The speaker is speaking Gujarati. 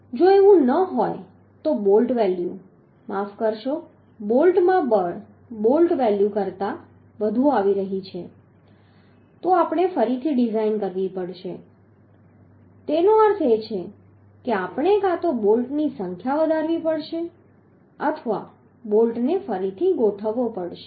જો એવું ન હોય તો બોલ્ટ વેલ્યુ માફ કરશો બોલ્ટમાં બળ બોલ્ટ વેલ્યુ કરતા વધુ આવી રહી છે તો આપણે ફરીથી ડિઝાઇન કરવી પડશે તેનો અર્થ એ છે કે આપણે કાં તો બોલ્ટની સંખ્યા વધારવી પડશે અથવા બોલ્ટને ફરીથી ગોઠવવો પડશે